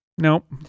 Nope